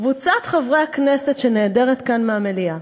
קבוצת חברי הכנסת שנעדרת כאן מהמליאה,